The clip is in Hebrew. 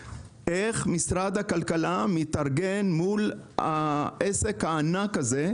איך משרד הכלכלה מתארגן מול העסק הענק הזה,